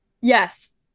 Yes